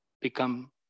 become